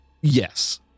Yes